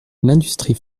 l’industrie